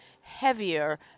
heavier